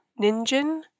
Ninjin